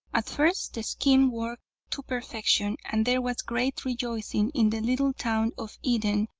at first the scheme worked to perfection, and there was great rejoicing in the little town of eden,